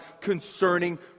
concerning